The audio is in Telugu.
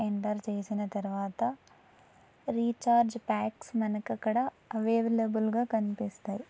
ఎంటర్ చేసిన తర్వాత రీఛార్జ్ ప్యాక్స్ మనకక్కడ అవైవలబుల్గా కనిపిస్తాయి